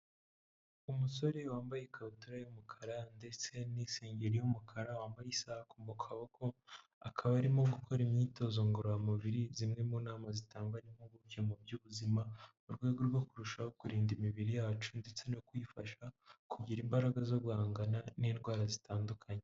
Umusore wambaye ikabutura y'umukara ndetse n'isengeri y'umukara wambaye isaha mu kaboko, akaba arimo gukora imyitozo ngororamubiri zimwe mu nama zitangwa n'impuguke mu by'ubuzima mu rwego rwo kurushaho kurinda imibiri yacu ndetse no kuyifasha kugira imbaraga zo guhangana n'indwara zitandukanye.